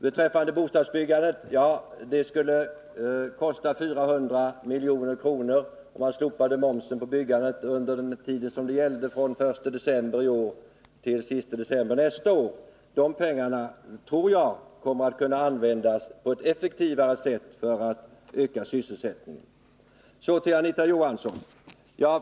När det gäller bostadsbyggandet, så skulle det kosta 400 milj.kr. om man slopade momsen på byggandet under den tid som det gäller — från den 1 december i år till den sista december nästa år. De pengarna tror jag kommer att kunna användas på ett effektivare sätt för att öka sysselsättningen. Så till Anita Johansson.